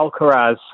Alcaraz